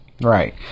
Right